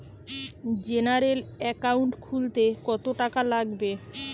General account খুলতে কত টাকা লাগবে?